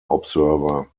observer